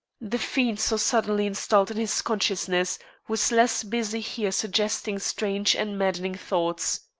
the fiend so suddenly installed in his consciousness was less busy here suggesting strange and maddening thoughts.